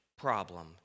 problem